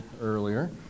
earlier